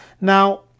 Now